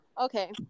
okay